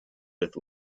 with